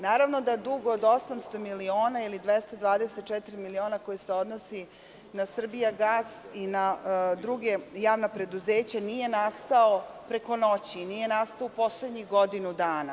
Naravno da dug od 800 miliona ili 224 miliona, koji se odnosi na „Srbijagas“ i na druga javna preduzeća nije nastao preko noći i nije nastao u poslednjih godinu dana.